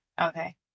Okay